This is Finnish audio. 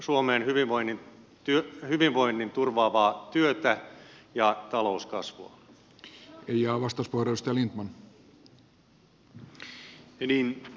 haluatteko te suomeen hyvinvoinnin turvaavaa työtä ja talouskasvua